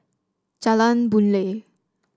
Jalan Boon Lay